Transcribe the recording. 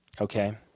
Okay